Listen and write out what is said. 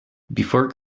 before